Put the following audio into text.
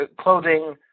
clothing